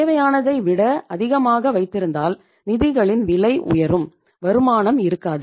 தேவையானதை விட அதிகமாக வைத்திருந்தால் நிதிகளின் விலை உயரும் வருமானம் இருக்காது